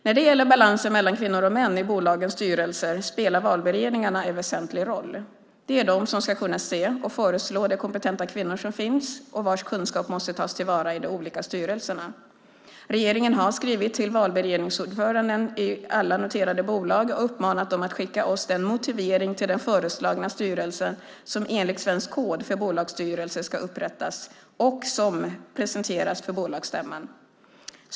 När det gäller balansen mellan kvinnor och män i bolagens styrelser spelar valberedningarna en väsentlig roll. Det är de som ska kunna se och föreslå de kompetenta kvinnor som finns och vilkas kunskap måste tas till vara i de olika styrelserna. Regeringen har skrivit till valberedningsordförande i alla noterade bolag och uppmanat dem att skicka oss den motivering till den föreslagna styrelsen som enligt svensk kod för bolagsstyrelser ska upprättas och som presenterats för bolagsstämman.